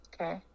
Okay